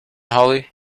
hollie